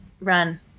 run